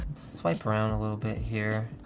swipe around a little bit here.